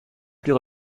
plus